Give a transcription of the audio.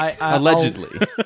Allegedly